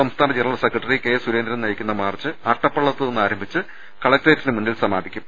സംസ്ഥാന general secretary K Surendran നയിക്കുന്ന march അട്ടപ്പള്ളത്ത് നിന്ന് ആരംഭിച്ച് കലക്ട്രേറ്റിന് മുന്നിൽ സമാപിക്കും